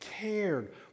cared